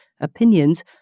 opinions